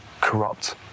corrupt